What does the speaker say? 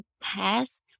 pass